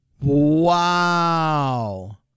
Wow